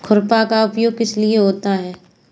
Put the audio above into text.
खुरपा का प्रयोग किस लिए होता है?